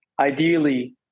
ideally